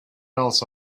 else